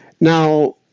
Now